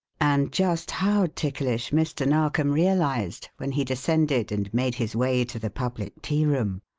and just how ticklish mr. narkom realized when he descended and made his way to the public tearoom.